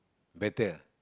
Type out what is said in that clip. better